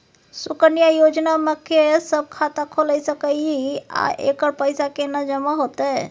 सुकन्या योजना म के सब खाता खोइल सके इ आ एकर पैसा केना जमा होतै?